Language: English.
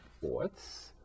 fourths